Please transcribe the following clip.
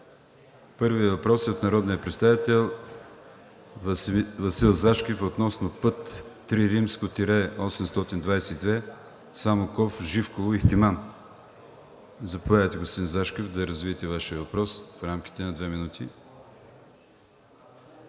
Първият въпрос е от народния представител Васил Зашкев относно път III-822 Самоков – Живково – Ихтиман. Заповядайте, господин Зашкев, да развиете Вашия въпрос в рамките на две минути.